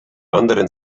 anderen